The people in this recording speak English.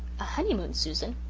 a honeymoon, susan?